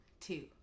two